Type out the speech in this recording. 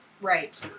Right